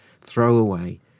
throwaway